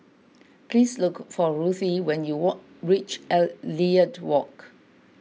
please look for Ruthie when you walk reach Elliot Walk